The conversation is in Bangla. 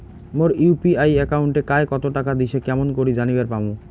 মোর ইউ.পি.আই একাউন্টে কায় কতো টাকা দিসে কেমন করে জানিবার পামু?